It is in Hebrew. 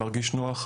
להרגיש נוח,